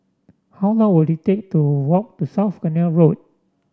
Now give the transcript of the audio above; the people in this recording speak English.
how long will it take to walk to South Canal Road